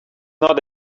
not